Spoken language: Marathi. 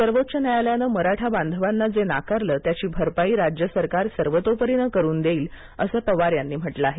सर्वोच्च न्यायालयानं मराठा बांधवांना जे नाकारलत्याची भरपाई राज्य सरकार सर्वतोपरीनं करून देईलअसंही पवार यांनी म्हटलं आहे